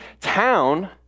town